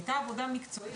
הייתה עבודה מקצועית,